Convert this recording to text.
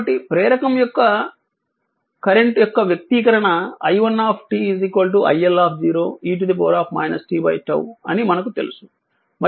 కాబట్టి ప్రేరకం కరెంట్ యొక్క వ్యక్తీకరణ il iL e t𝝉 అని మనకు తెలుసు మరియు i iL 2 ఆంపియర్ అని మనము చూసాము